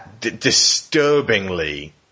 disturbingly